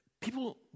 People